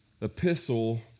epistle